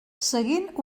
seguint